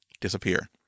disappear